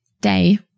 day